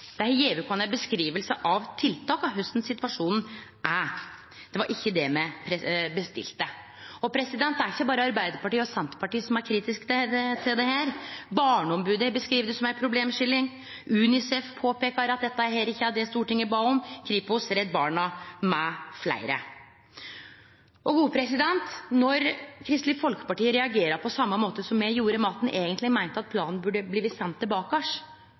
Dei har gjeve oss ei beskriving av tiltak og av korleis situasjonen er. Det var ikkje det me bestilte. Og det er ikkje berre Arbeidarpartiet og Senterpartiet som er kritiske til dette. Barneombodet beskriv det som ei problemskildring, og UNICEF, Kripos, Redd Barna mfl. påpeikar at dette ikkje er det Stortinget bad om. Når Kristeleg Folkeparti reagerte på same måte som eg gjorde, og eigentleg meinte at planen burde sendast tilbake,